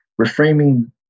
Reframing